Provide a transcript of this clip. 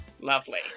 lovely